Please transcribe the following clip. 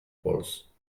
pols